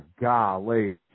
golly